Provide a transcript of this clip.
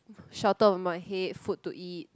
shelter on my head food to eat